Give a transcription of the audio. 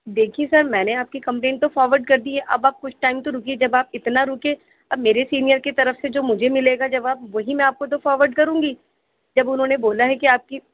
دیکھیے سر میں نے آپ کی کمپلین تو فارورڈ کر دی ہے اب آپ کچھ ٹائم تو رکیے جب آپ اتنا رکے اب میرے سینئر کی طرف سے جو مجھے ملےگا جواب وہی میں آپ کو تو فارورڈ کروں گی جب انہوں نے بولا ہے کہ آپ کی